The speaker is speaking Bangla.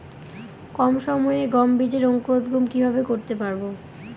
কম সময়ে গম বীজের অঙ্কুরোদগম কিভাবে করতে পারব?